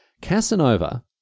Casanova